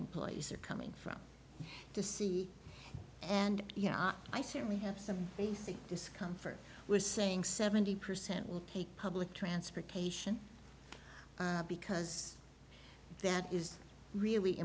employees are coming from to see and you know i certainly have some basic discomfort was saying seventy percent will take public transportation because that is really